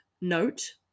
note